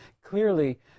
Clearly